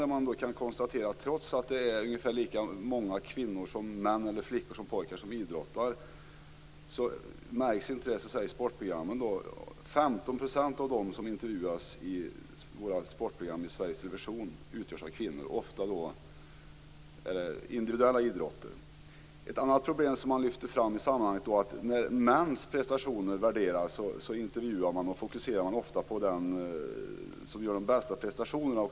Där konstaterar man att trots att det är ungefär lika många kvinnor som män, eller flickor som pojkar, som idrottar märks en skillnad i intresse i sportprogrammen. 15 % av dem som intervjuas i våra sportprogram i Sveriges Television utgörs av kvinnor. Ofta handlar det då om individuella idrotter. Ett annat problem som man lyfter fram i sammanhanget är att när mäns prestationer värderas fokuserar man ofta på den som gör de bästa prestationerna.